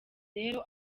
rero